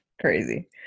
crazy